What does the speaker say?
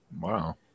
Wow